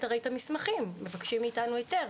הרי את המסמכים כי מבקשים מאיתנו היתר.